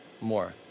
more